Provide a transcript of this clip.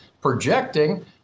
projecting